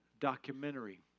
documentary